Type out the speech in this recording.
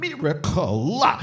Miracle